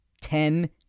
Ten